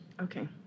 Okay